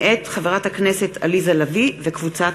מאת חברת הכנסת עליזה לביא וקבוצת